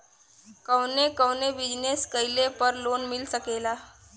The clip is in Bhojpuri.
कवने कवने बिजनेस कइले पर लोन मिल सकेला?